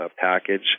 package